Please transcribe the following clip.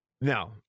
now